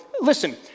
Listen